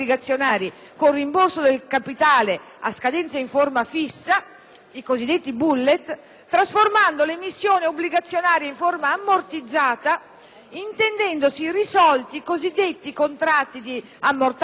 i cosiddetti *bullet*, trasformando l'emissione obbligazionaria in forma ammortizzata, intendendosi risolti i cosiddetti contratti di *amortizing swap* o i *sinking funds*, in alternativa associati.